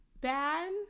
bad